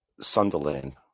Sunderland